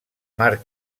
marc